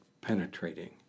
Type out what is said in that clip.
penetrating